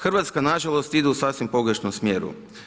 Hrvatska nažalost ide u sasvim pogrešnom smjeru.